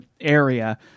area